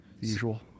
usual